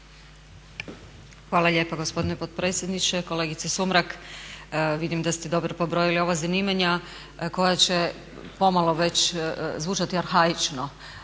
Hvala lijepa gospodine potpredsjednice. Kolegice Sumrak, vidim da ste dobro pobrojili ova zanimanja koja će pomalo već zvučati arhaično